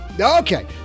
Okay